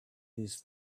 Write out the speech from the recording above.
its